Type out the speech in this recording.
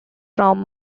from